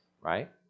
right